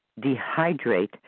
dehydrate